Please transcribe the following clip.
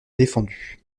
défendu